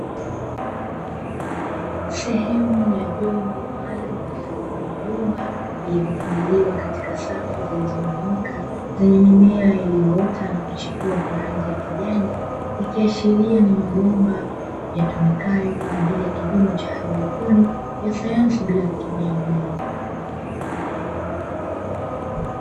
Sehemu ya vyombo maalumu mfano wa mabomba vilivyopangiliwa katika safu zilizonyooka zenye mimea iliyoota na kuchipua kwa rangi ya kijani, ikiashiria ni mabomba yatumikayo kwa ajili ya kilimo cha haidroponi ya sayansi bila kutumia udongo.